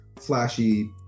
flashy